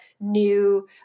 new